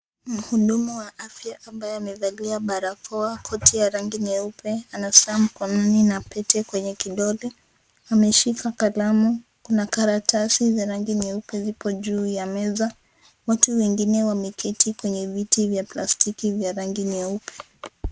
Muhudumu wa afya ambaye amevalia barakoa, koti ya rangi nyeupe ana saa mkononi na pete kwenye kidole ameshika kalamu na karatasi za rangi nyeupe ziko juu ya meza watu wengine wameketi kwenye viti vya plastiki vya rangi nyeupe.